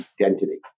identity